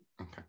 Okay